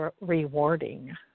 rewarding